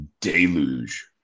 deluge